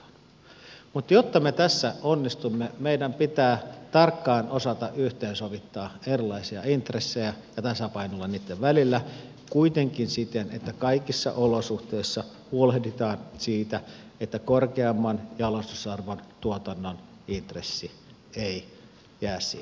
mutta jotta me tässä onnistumme meidän pitää tarkkaan osata yhteensovittaa erilaisia intressejä ja tasapainoilla niitten välillä kuitenkin siten että kaikissa olosuhteissa huolehditaan siitä että korkeamman jalostusarvon tuotannon intressi ei jää siinä alakynteen